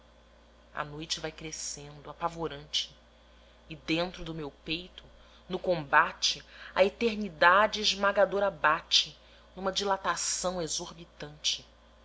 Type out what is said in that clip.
a noite vai crescendo apavorante e dentro do meu peito no combate a eternidade esmagadora bate numa dilatação exorbitante